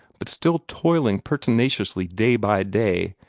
but still toiling pertinaciously day by day,